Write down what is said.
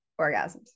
orgasms